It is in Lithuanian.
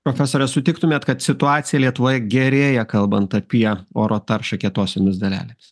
profesore sutiktumėt kad situacija lietuvoje gerėja kalbant apie oro taršą kietosiomis dalelėmis